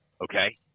okay